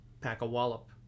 pack-a-wallop